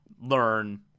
learn